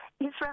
Israel